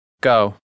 Go